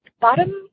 bottom